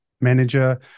manager